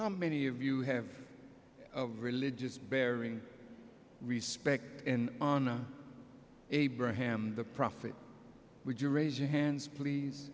how many of you have of religious bearing respect and honor abraham the prophet would you raise your hands please